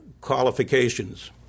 qualifications